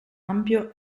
ampio